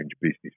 business